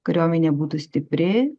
kariuomenė būtų stipri